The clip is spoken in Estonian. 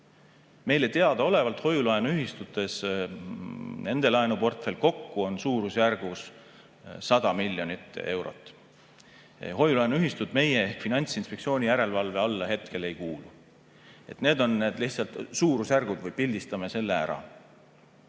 Meile teadaolevalt on hoiu-laenuühistutes nende laenuportfell kokku suurusjärgus 100 miljonit eurot. Hoiu-laenuühistud meie ehk Finantsinspektsiooni järelevalve alla hetkel ei kuulu. Need on lihtsalt need suurusjärgud – pildistamine selle